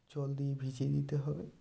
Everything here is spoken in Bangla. জল দিয়ে ভিজিয়ে দিতে হবে